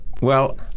Well-